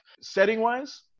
Setting-wise